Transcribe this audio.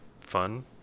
fun